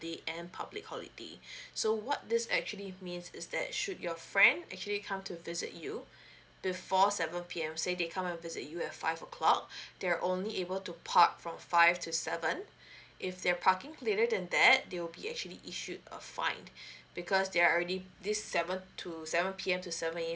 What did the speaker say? and public holiday so what this actually means is that should your friend actually come to visit you before seven P_M say they come and visit you at five o'clock they are only able to park from five to seven if their parking later than that they will be actually issued a fine because they are already this seven to seven P_M to seven A_M